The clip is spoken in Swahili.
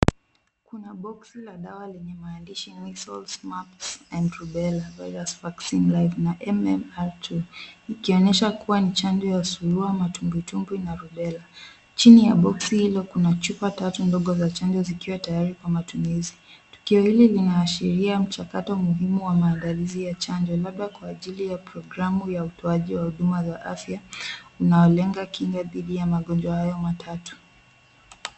Kuna boksi la dawa lenye maandishi measles, mumps and rubela virus vaccine live na MMR2 , ikionyesha kuwa ni chanjo ya surua, matumbwitumbwi na rubela. Chini ya boksi hiyo kuna chupa tatu ndogo za chanjo zikiwa tayari kwa matumizi. Tukio hili linaashiria mchakato muhimu wa maandalizi ya chanjo labda kwa ajili ya programu ya utoaji wa huduma za afya, unaolenga kinga dhidi ya magonjwa hayo matatu.